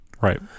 Right